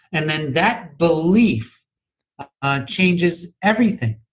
and then that belief changes everything,